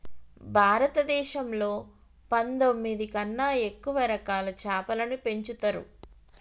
భారతదేశంలో పందొమ్మిది కన్నా ఎక్కువ రకాల చాపలని పెంచుతరు